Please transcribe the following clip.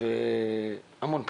המון פניות,